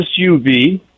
suv